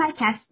podcast